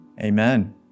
Amen